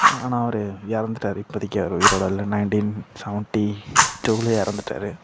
ஆனால் அவர் இறந்துட்டாரு இப்போதிக்கு அவர் உயிரோட இல்லை நைன்டீன் செவென்ட்டி டூவிலயே இறந்துட்டாரு